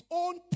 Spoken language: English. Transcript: own